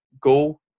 go